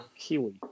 Kiwi